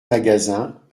magasin